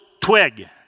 twig